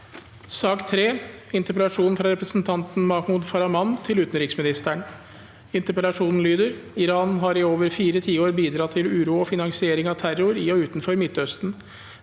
Interpellasjon fra representanten Mahmoud Farah- mand til utenriksministeren: «Iran har i over fire tiår bidratt til uro og finansiering av terror i og utenfor Midtøsten.